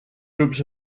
groups